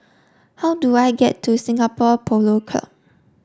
how do I get to Singapore Polo Club